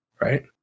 right